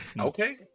okay